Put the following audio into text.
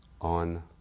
on